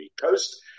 Coast